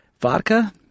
vodka